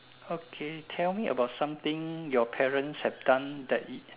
okay tell me about something your parents have done that